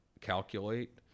calculate